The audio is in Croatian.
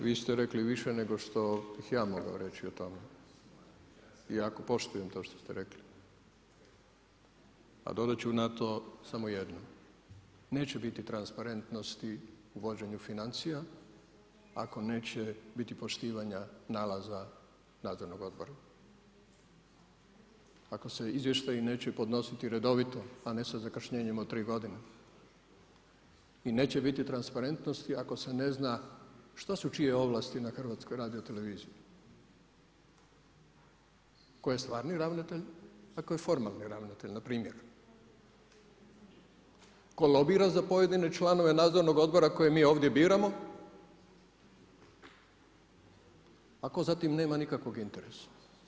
Vi ste rekli više nego što bih ja mogao reći o tome, iako poštujem to što ste rekli, a dodat ću na to samo jedno, neće biti transparentnosti u vođenju financija ako neće biti poštivanja nalaza nadzornog odbora, ako se izvještaji neće podnositi redovito, a ne sa zakašnjenjem od tri godine i neće biti transparentnosti ako se ne zna što su čije ovlasti na HRT-u, tko je stvarni ravnatelj, a to je formalni ravnatelj npr., tko lobira za pojedine članove nadzornog obora koje mi ovdje biramo, a ko za tim nema nikakvog interesa.